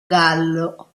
gallo